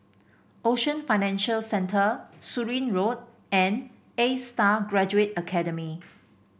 Ocean Financial Centre Surin Road and A Star Graduate Academy